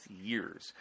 years